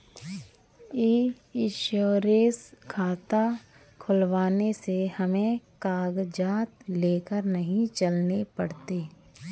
ई insurance खाता खुलवाने से हमें कागजात लेकर नहीं चलने पड़ते